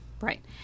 Right